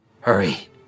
Hurry